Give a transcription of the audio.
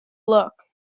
look